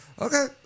Okay